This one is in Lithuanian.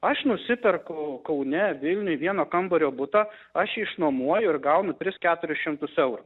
aš nusiperku kaune vilniuj vieno kambario butą aš jį išnuomuoju ir gaunu tris keturis šimtus eurų